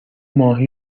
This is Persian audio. ماهی